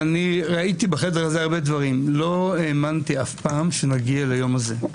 ראיתי בחדר הזה הרבה דברים לא האמנתי אף פעם שנגיע ליום הזה.